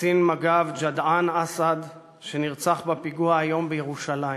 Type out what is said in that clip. קצין מג"ב ג'דעאן אסעד שנרצח היום בפיגוע בירושלים,